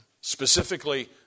specifically